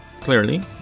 clearly